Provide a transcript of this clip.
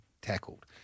tackled